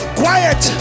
quiet